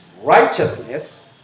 Righteousness